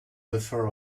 buffer